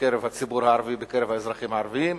בקרב הציבור הערבי, בקרב האזרחים הערבים,